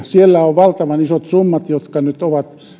siellä on valtavan isot summat jotka nyt ovat